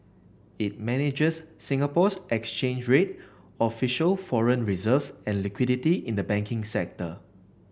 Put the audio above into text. it manages Singapore's exchange rate official foreign reserves and liquidity in the banking sector